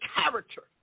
character